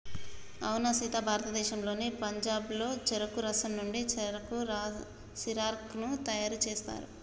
అవునా సీత భారతదేశంలోని పంజాబ్లో చెరుకు రసం నుండి సెరకు సిర్కాను తయారు సేస్తారు